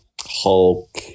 Hulk